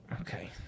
Okay